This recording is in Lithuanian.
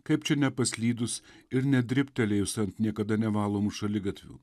kaip čia nepaslydus ir nedribtelėjus ant niekada nevalomų šaligatvių